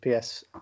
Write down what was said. ps